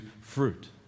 fruit